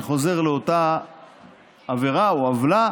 אני חוזר לאותה עבירה או עוולה